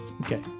Okay